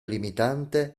limitante